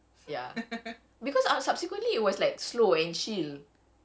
a super fast one and aku was like aku nak mati eh